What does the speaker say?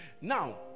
Now